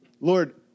Lord